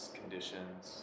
conditions